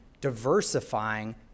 diversifying